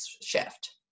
shift